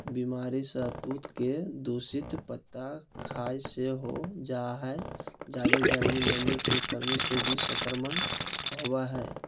बीमारी सहतूत के दूषित पत्ता खाय से हो जा हई जादे गर्मी, नमी के कमी से भी संक्रमण होवई हई